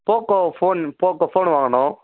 Poco phone Poco phone வாங்கணும்